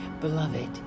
Beloved